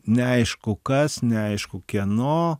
neaišku kas neaišku kieno